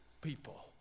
people